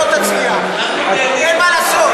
לא תצליח, אין מה לעשות.